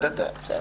נכון.